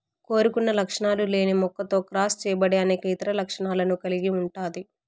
కోరుకున్న లక్షణాలు లేని మొక్కతో క్రాస్ చేయబడి అనేక ఇతర లక్షణాలను కలిగి ఉంటాది